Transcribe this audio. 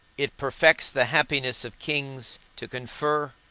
it perfects the happiness of kings, to confer,